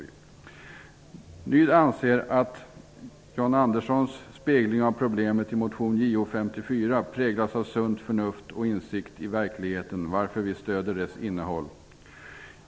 Ny demokrati anser att John Anderssons spegling av problemet i motion Jo54 präglas av sunt förnuft och insikt i verkligheten, varför vi stöder dess innehåll.